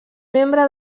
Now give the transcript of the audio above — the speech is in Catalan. membre